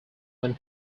when